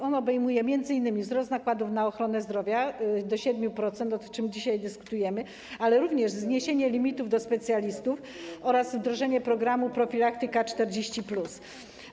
On obejmuje m.in. wzrost nakładów na ochronę zdrowia do 7%, o czym dzisiaj dyskutujemy, ale również zniesienie limitów do specjalistów oraz wdrożenie programu „Profilaktyka 40+”